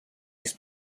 his